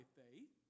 faith